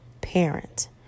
parent